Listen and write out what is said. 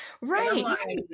Right